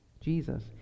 Jesus